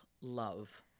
Love